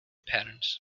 patterns